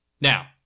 Now